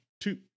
Two